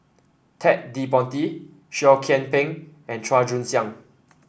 Ted De Ponti Seah Kian Peng and Chua Joon Siang